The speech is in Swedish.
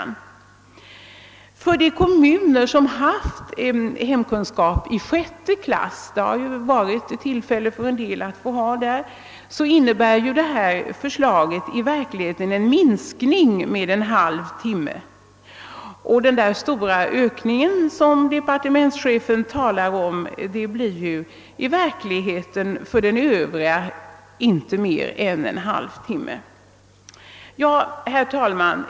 Men för de kommuner som haft hemkunskap i årskurs 6 innebär förslaget i verkligheten en minskning med en halv timme, och den stora ökning som departementschefen talar om blir för övriga kommuner inte mer än en halv timme. Herr talman!